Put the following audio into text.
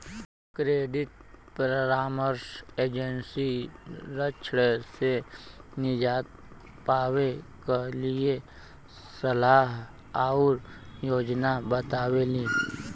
credit परामर्श agency ऋण से निजात पावे क लिए सलाह आउर योजना बतावेली